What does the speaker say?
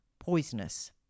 poisonous